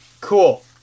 Cool